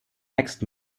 next